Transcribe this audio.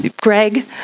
Greg